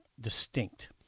Distinct